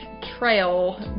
trail